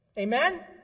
Amen